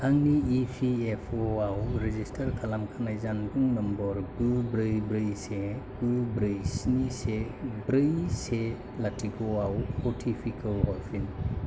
आंनि E P F अ आव रेजिस्टार खालामखानाय जानबुं नम्बर गु ब्रै ब्रै से गु ब्रै स्नि से ब्रै से लाथिख'आव अटिपिखौ हरफिन